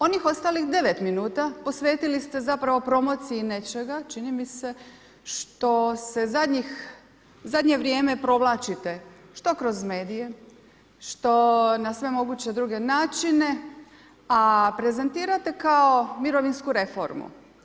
Onih ostalih 9 minuta posvetili ste promociji nečega, čini mi se, što se zadnje vrijeme provlačite, što kroz medije, što na sve moguće druge načine, a prezentirate kao mirovinsku reformu.